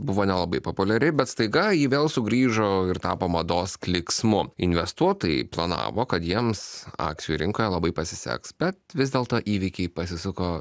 buvo nelabai populiari bet staiga ji vėl sugrįžo ir tapo mados klyksmu investuotojai planavo kad jiems akcijų rinkoje labai pasiseks bet vis dėlto įvykiai pasisuko